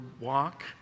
walk